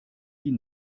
die